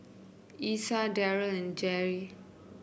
Essa Deryl and Garry